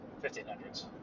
1500s